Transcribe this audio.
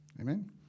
Amen